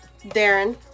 Darren